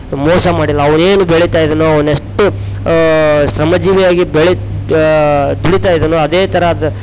ಮೋಸ ಮಾಡಿಲ್ಲ ಅವ್ನು ಏನು ಬೆಳಿತಾ ಇದ್ದಾನೊ ಅವ್ನು ಎಷ್ಟು ಶ್ರಮಜೀವಿಯಾಗಿ ಬೆಳಿ ದುಡಿತ ಇದ್ದಾನೊ ಅದೇ ಥರದ